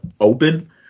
open